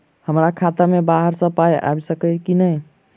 हमरा खाता मे बाहर सऽ पाई आबि सकइय की नहि?